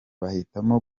bahitamo